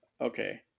Okay